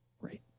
Great